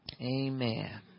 Amen